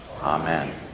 amen